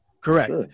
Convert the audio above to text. correct